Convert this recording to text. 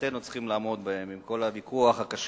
מבחינתנו צריכים לעמוד בהם, עם כל הוויכוח הקשה.